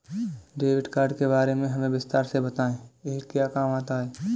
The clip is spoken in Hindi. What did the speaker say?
डेबिट कार्ड के बारे में हमें विस्तार से बताएं यह क्या काम आता है?